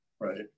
right